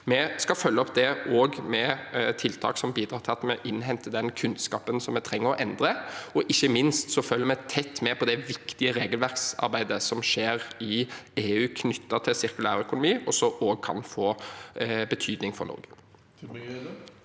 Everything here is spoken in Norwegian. Vi skal følge opp det med tiltak som bidrar til at vi innhenter den kunnskapen som vi trenger for å endre, og ikke minst følger vi tett med på det viktige regelverksarbeidet som skjer i EU knyttet til sirkulærøkonomi, og som også kan få betydning for Norge.